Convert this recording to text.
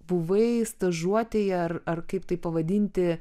buvai stažuotėje ar ar kaip tai pavadinti